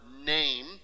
name